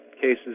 cases